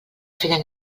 feien